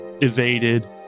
evaded